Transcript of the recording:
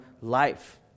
life